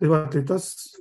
tai va tai tas